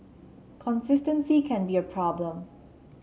consistency can be a problem